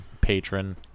patron